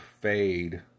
fade